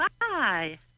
Hi